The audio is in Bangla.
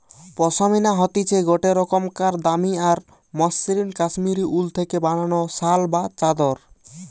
পশমিনা হতিছে গটে রোকমকার দামি আর মসৃন কাশ্মীরি উল থেকে বানানো শাল বা চাদর